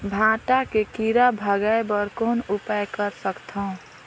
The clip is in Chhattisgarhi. भांटा के कीरा भगाय बर कौन उपाय कर सकथव?